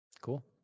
Cool